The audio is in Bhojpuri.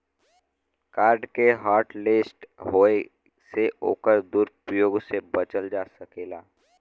कार्ड के हॉटलिस्ट होये से ओकर दुरूप्रयोग से बचल जा सकलै